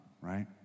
right